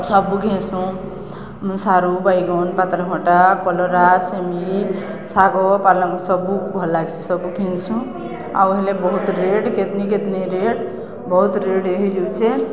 ସବୁ ଘିନ୍ସୁଁ ସାରୁ ବାଇଗଣ୍ ପାତଲ୍ଘଣ୍ଟା କଲ୍ରା ସେମି ଶାଗ୍ ପାଲଙ୍ଗ୍ ସବୁ ଭଲ୍ ଲାଗ୍ସି ସବୁ ଘିନ୍ସୁଁ ଆଉ ହେଲେ ବହୁତ୍ ରେଟ୍ କେତ୍ନି କେତ୍ନି ରେଟ୍ ବହୁତ୍ ରେଟ୍ ହେଇଯଉଛେ